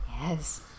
Yes